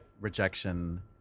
rejection